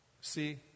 See